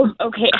Okay